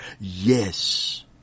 yes